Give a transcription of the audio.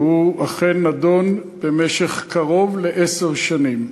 והוא אכן נדון במשך קרוב לעשר שנים.